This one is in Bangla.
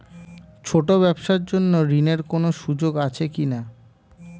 ছোট ব্যবসার জন্য ঋণ এর কোন সুযোগ আছে কি না?